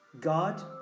God